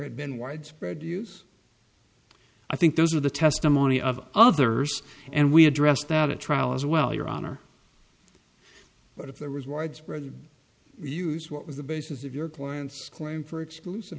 had been widespread use i think those are the testimony of others and we addressed that at trial as well your honor but if there was widespread use what was the basis of your client's claim for